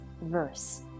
verse